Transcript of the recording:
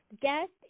guest